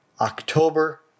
October